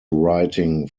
writing